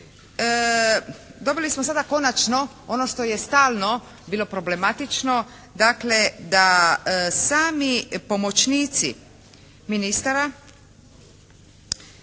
Dobili smo sada konačno ono što je stalno bilo problematično, dakle da sami pomoćnici ministara